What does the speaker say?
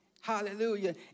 Hallelujah